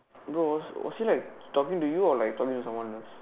bro was was he like talking to you or like talking to someone else